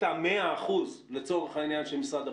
ה-100% לצורך העניין של משרד הבריאות,